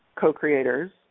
co-creators